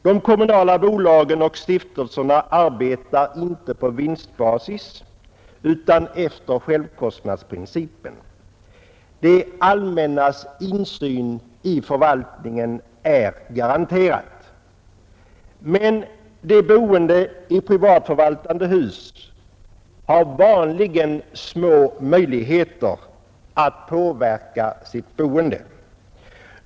De kommunala bolagen och stiftelserna arbetar inte på vinstbasis utan efter självkostnadsprincipen. Det allmännas insyn i förvaltningen är garanterad. Men de boende i privatförvaltade hus har vanligen små möjligheter att påverka sitt boende.